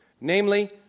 Namely